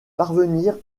parvenir